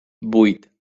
vuit